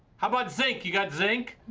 how about zinc, you got zinc?